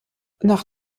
nach